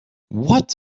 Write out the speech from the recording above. what